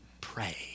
pray